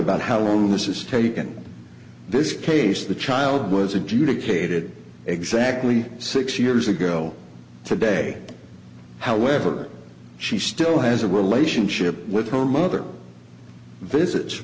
about how long this is taken this case the child was adjudicated exactly six years ago today however she still has a relationship with her mother visits